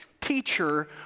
teacher